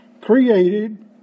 created